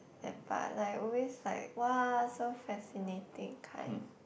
that part like always like !wah! so fascinating kind